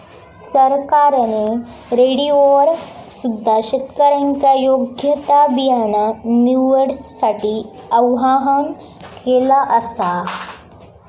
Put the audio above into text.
सरकारने रेडिओवर सुद्धा शेतकऱ्यांका योग्य ता बियाणा निवडूसाठी आव्हाहन केला आसा